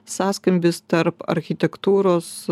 sąskambis tarp architektūros